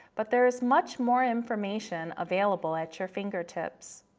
but there is much more information available at your fingertips.